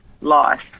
life